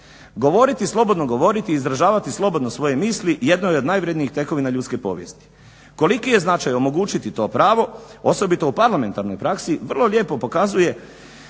Govoriti slobodno govoriti i izražavati slobodno svoje misli jedno je od najvrednijih tekovina ljudske povijesti. Koliki je značaj omogućiti to pravo osobito u parlamentarnoj praksi vrlo lijepo pokazuje